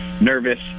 nervous